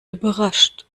überrascht